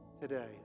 today